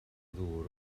ddŵr